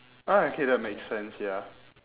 alright okay that makes sense ya